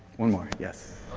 one more, yes?